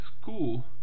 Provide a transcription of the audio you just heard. school